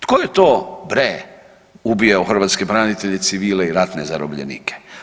Tko je to bre ubijao hrvatske branitelje, civile i ratne zarobljenike?